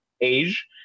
age